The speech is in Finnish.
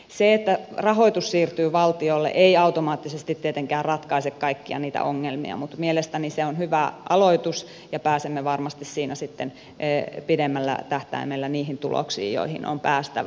se että rahoitus siirtyy valtiolle ei automaattisesti tietenkään ratkaise kaikkia niitä ongelmia mutta mielestäni se on hyvä aloitus ja pääsemme varmasti siinä sitten pidemmällä tähtäimellä niihin tuloksiin joihin on päästävä